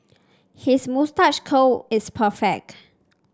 his moustache curl is perfect